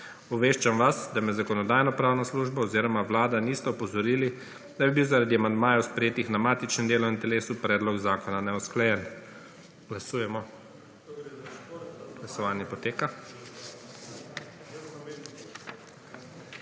Obveščam vas, da me zakonodajno-pravna služba oziroma Vlada nista opozorili, da bi bil zaradi amandmajev sprejetih na matičnem delovnem telesu predlog zakona neusklajen. Glasujemo. Navzočih je